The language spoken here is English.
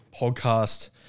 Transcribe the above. podcast